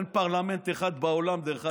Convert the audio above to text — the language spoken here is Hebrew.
אין פרלמנט אחד בעולם, דרך אגב,